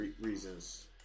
reasons